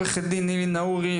נילי נאהורי,